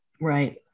Right